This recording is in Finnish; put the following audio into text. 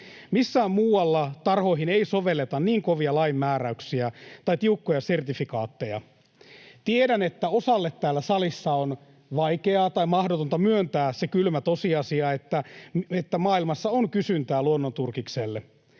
Missään muualla tarhoihin ei sovelleta niin kovia lain määräyksiä tai tiukkoja sertifikaatteja. Tiedän, että osalle täällä salissa on vaikeaa tai mahdotonta myöntää se kylmä tosiasia, että maailmassa on kysyntää luonnonturkikselle.